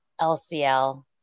LCL